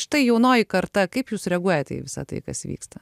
štai jaunoji karta kaip jūs reaguojate į visą tai kas vyksta